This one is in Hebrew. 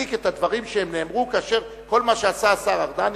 להצדיק את הדברים שהם נאמרו כאשר כל מה שעשה השר ארדן,